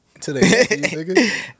Today